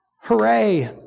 Hooray